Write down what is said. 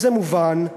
וזה מובן,